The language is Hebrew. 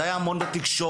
זה היה המון בתקשורת.